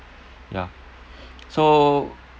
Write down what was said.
ya so